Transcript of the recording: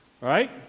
right